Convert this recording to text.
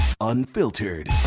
Unfiltered